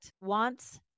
wants